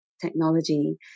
technology